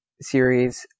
series